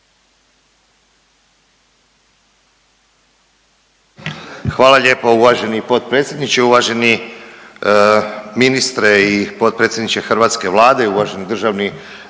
Hvala lijepo uvaženi potpredsjedniče, uvaženi ministre i potpredsjedniče hrvatske Vlade i uvaženi državni